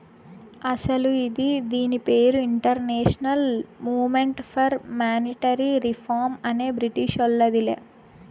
అస్సలు ఇది దీని పేరు international movement for monetary reform అనే బ్రిటీషోల్లదిలే